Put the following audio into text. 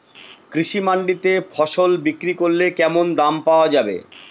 কৃষি মান্ডিতে ফসল বিক্রি করলে কেমন দাম পাওয়া যাবে?